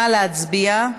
נא להצביע.